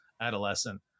adolescent